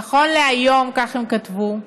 "נכון להיום", כך הם כתבו,